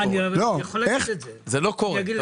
זה לא קורה.